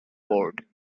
board